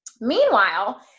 Meanwhile